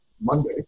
Monday